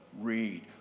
read